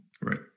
Right